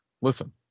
Listen